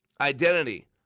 identity